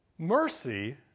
Mercy